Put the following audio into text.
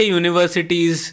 universities